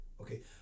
okay